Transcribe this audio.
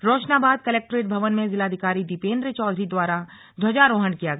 Roshnabad collectorate भवन में जिलाधिकारी दीपेंद्र चौधरी द्वारा ध्वजा रोहण किया गया